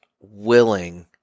willing